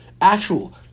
Actual